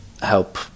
help